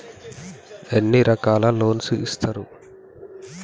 ఎన్ని రకాల లోన్స్ ఇస్తరు?